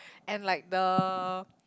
and like the